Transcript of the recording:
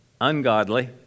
ungodly